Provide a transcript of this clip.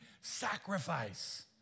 sacrifice